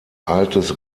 altes